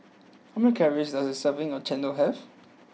how many calories does a serving of Chendol have